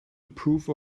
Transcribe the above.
approve